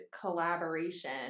collaboration